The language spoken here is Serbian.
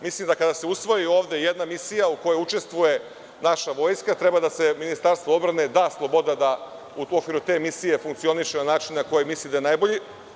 Mislim da kada se usvoji ovde jedna misija u kojoj učestvuje naša Vojska treba da se Ministarstvu odbrane da sloboda da u okviru te misije funkcioniše na način na koji misli da je najbolji.